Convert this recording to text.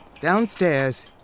Downstairs